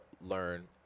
learn